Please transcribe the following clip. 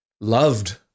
loved